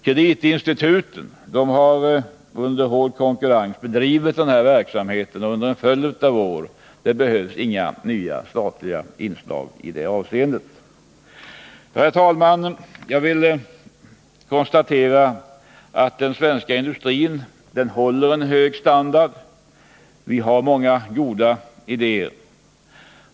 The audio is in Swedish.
Kreditinstituten har under hård konkurrens bedrivit den här verksamheten under en följd av år, och det behövs inga nya statliga inslag i det avseendet. Herr talman! Avslutningsvis vill jag konstatera att den svenska industrin håller en hög standard. Vi har många goda idéer.